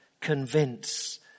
convince